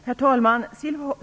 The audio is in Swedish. Herr talman!